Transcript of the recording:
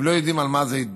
הם לא יודעים על מה זה התבסס,